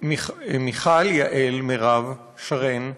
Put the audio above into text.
מיכל, יעל, מירב, שרן,